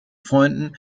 freunden